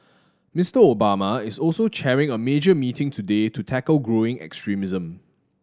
Mister Obama is also chairing a major meeting today to tackle growing extremism